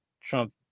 Trump